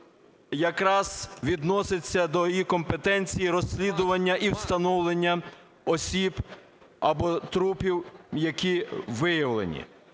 якраз відноситься до компетенції розслідування і встановлення осіб, або трупів, які виявлені.